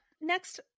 Next